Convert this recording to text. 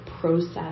process